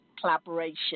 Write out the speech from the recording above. collaboration